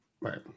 Right